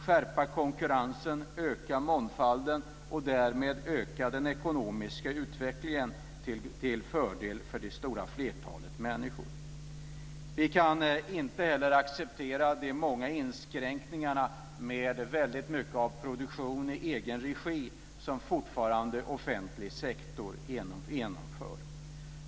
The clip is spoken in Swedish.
Skärpt konkurrens och ökad mångfald skulle öka den ekonomiska utvecklingen till fördel för det stora flertalet människor. Vi kan inte heller acceptera de många inskränkningarna av väldigt mycket av produktion i egen regi som offentlig sektor fortfarande genomför.